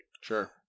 Sure